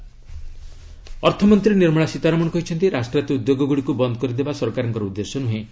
FM fuel price ଅର୍ଥମନ୍ତୀ ନିର୍ମଳା ସୀତାରମଣ କହିଛନ୍ତି ରାଷ୍ଟ୍ରାୟତ୍ତ ଉଦ୍ୟୋଗଗୁଡ଼ିକୁ ବନ୍ଦ କରିଦେବା ସରକାରଙ୍କ ଉଦ୍ଦେଶ୍ୟ ନୁହେଁ